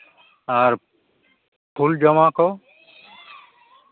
ᱟᱨ ᱯᱷᱩᱞ ᱡᱟᱢᱟ ᱠᱚ